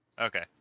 Okay